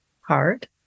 hard